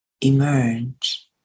emerge